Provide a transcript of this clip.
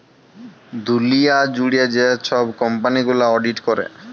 দুঁলিয়া জুইড়ে যে ছব কম্পালি গুলা অডিট ক্যরে